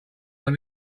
when